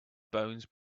bones